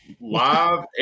live